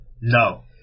No